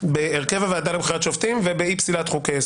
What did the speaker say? אם חברי האופוזיציה לא רוצים לנהל שיח, הכול בסדר.